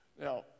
Now